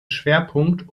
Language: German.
schwerpunkt